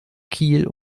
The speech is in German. kiel